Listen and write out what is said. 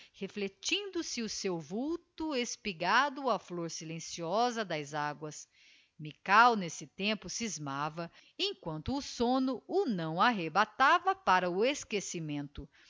canoa reílectmdo se o seu vulto espigado á íiôr silenciosa das acuas milkau n'esse tempo scismava emquanto o somno o não arrebatava para o esquecimento